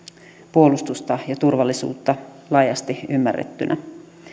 puolustusta ja turvallisuutta laajasti ymmärrettynä